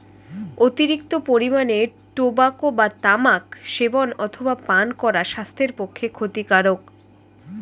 অতিরিক্ত পরিমাণে টোবাকো বা তামাক সেবন অথবা পান করা স্বাস্থ্যের পক্ষে ক্ষতিকারক